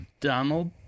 Donald